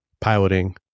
piloting